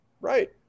Right